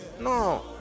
No